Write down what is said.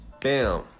bam